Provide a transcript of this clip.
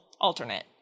alternate